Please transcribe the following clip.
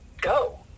go